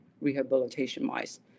rehabilitation-wise